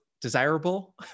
desirable